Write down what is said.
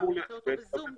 או ב-זום.